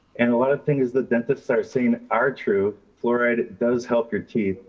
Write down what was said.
and a lot of things that dentists are saying are true. fluoride does help your teeth,